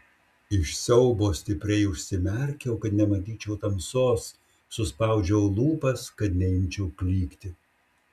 iš siaubo stipriai užsimerkiau kad nematyčiau tamsos suspaudžiau lūpas kad neimčiau klykti